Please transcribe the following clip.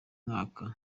mwaka